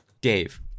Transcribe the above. Dave